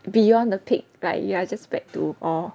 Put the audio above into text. beyond the peak like you are just back to oh